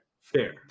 Fair